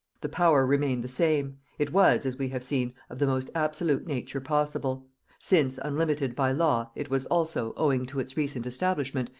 the power remained the same it was, as we have seen, of the most absolute nature possible since, unlimited by law, it was also, owing to its recent establishment,